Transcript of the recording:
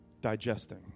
digesting